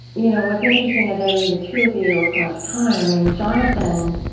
you know what's interesting as i read the two of you across time, i mean, jonathan,